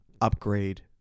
Upgrade